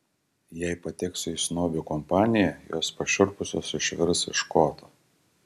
jei pateksiu į snobių kompaniją jos pašiurpusios išvirs iš koto